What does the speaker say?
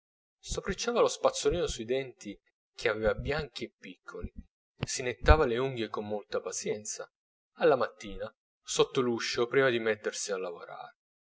stropicciava lo spazzolino sui denti che aveva bianchi e piccoli si nettava le unghie con molta pazienza alla mattina sotto l'uscio prima di mettersi a lavorare